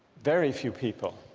very few people,